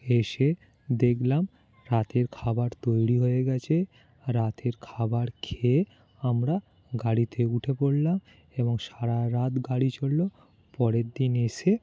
এসে দেখলাম রাতের খাবার তৈরি হয়ে গেছে রাতের খাবার খেয়ে আমরা গাড়িতে উঠে পড়লাম এবং সারা রাত গাড়ি চললো পরের দিন এসে